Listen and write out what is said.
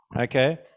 Okay